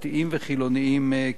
דתיים וחילונים כאחד.